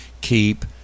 keep